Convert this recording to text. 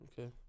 Okay